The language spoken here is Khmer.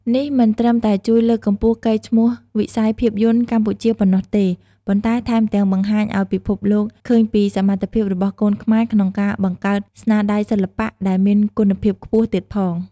នេះមិនត្រឹមតែជួយលើកកម្ពស់កេរ្តិ៍ឈ្មោះវិស័យភាពយន្តកម្ពុជាប៉ុណ្ណោះទេ ប៉ុន្តែថែមទាំងបង្ហាញឱ្យពិភពលោកឃើញពីសមត្ថភាពរបស់កូនខ្មែរក្នុងការបង្កើតស្នាដៃសិល្បៈដែលមានគុណភាពខ្ពស់ទៀតផង។